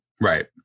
right